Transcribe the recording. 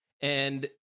And-